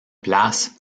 place